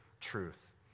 truth